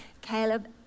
Caleb